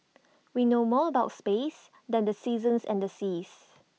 we know more about space than the seasons and the seas